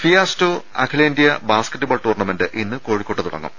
ഫിയാസ്റ്റോ അഖിലേന്ത്യാ basketball tournament ഇന്ന് കോഴിക്കോട്ട് തുടങ്ങും